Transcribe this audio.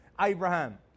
Abraham